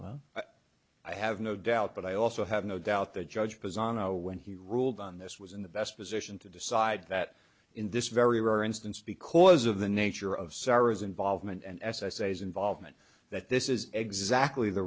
well i have no doubt but i also have no doubt the judge doesn't know when he ruled on this was in the best position to decide that in this very rare instance because of the nature of sars involvement and as i say his involvement that this is exactly the